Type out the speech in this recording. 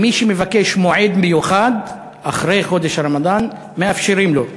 ומי שמבקש מועד מיוחד אחרי חודש הרמדאן מאפשרים לו,